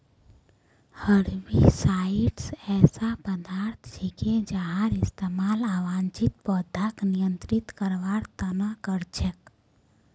herbicides ऐसा पदार्थ छिके जहार इस्तमाल अवांछित पौधाक नियंत्रित करवार त न कर छेक